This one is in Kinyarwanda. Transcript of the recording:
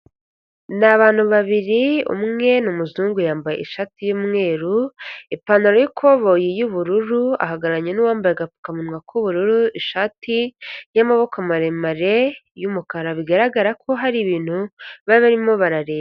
Ni abantu babiri umwe ni umuzungu yambaye ishati y'umweru, ipantaro y'ikoboyi y'ubururu, ahagararanye n'uwambaye agapfukamunwa k'ubururu, ishati y'amaboko maremare y'umukara bigaragara ko hari ibintu baba barimo barareba.